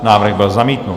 Návrh byl zamítnut.